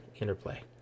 interplay